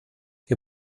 wir